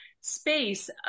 space